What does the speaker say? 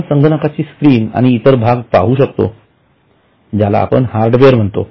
आपण संगणकाची स्क्रीन आणि इतर भाग पाहू शकतो ज्याला आपण हार्डवेअर म्हणतो